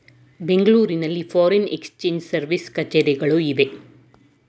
ಬೆಂಗಳೂರಿನಲ್ಲಿ foreign exchange service ಕಛೇರಿಗಳು ಇವೆ